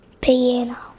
piano